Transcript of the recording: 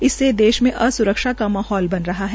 इससे देश में असुरक्षा का माहौल बन रहा है